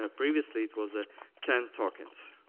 ah previously, it was ah ten tokens.